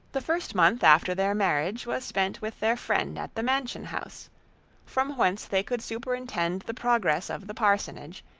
the first month after their marriage was spent with their friend at the mansion-house from whence they could superintend the progress of the parsonage,